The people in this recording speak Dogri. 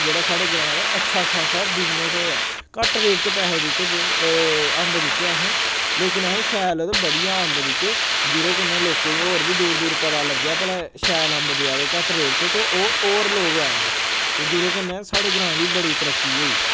जेह्ड़ा साढ़े ग्रां दा अच्छा खासा बिजनस होएआ घट रेट च पैहे दित्ते पे ओह् अम्ब दित्ते असें लेकिन असें शैल ते बधिया अम्ब दित्ते जेह्दे कन्नै लोकें गी होर बी दूर दूर पता लग्गेआ भला एह् शैल अम्ब देआ दे घट रेट च ते ओह् होर लोक आए ते जेह्दे कन्नै साढ़े ग्रां दी बड़ी तरक्की होई